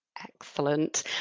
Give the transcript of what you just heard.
Excellent